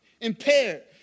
impaired